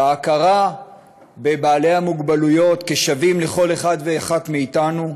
בהכרה בבעלי המוגבלויות כשווים לכל אחד ואחת מאתנו,